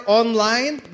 online